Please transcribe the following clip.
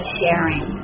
sharing